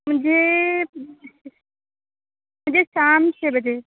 جی مجھے شام چھ بجے